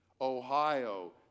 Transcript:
Ohio